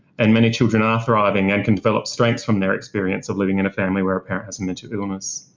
and many children are thriving and can develop strengths from their experience of living in a family where a parent has a mental illness.